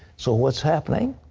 so what is happening?